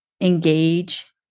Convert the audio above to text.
engage